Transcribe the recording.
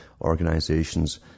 organizations